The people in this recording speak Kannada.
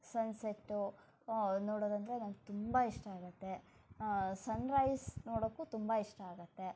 ಸನ್ಸೆಟ್ಟು ನೋಡೋದಂದರೆ ನಂಗೆ ತುಂಬ ಇಷ್ಟ ಆಗುತ್ತೆ ಸನ್ರೈಸ್ ನೋಡೋಕ್ಕೂ ತುಂಬ ಇಷ್ಟ ಆಗುತ್ತೆ